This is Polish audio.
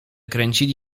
kręcili